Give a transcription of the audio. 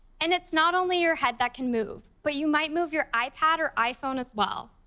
and it's not only your head that can move, but you might move your ipad or iphone as well.